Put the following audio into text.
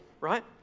right